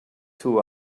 two